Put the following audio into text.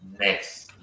next